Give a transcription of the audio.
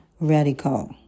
radical